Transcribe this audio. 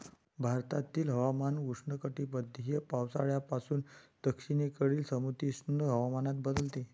भारतातील हवामान उष्णकटिबंधीय पावसाळ्यापासून दक्षिणेकडील समशीतोष्ण हवामानात बदलते